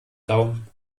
daumen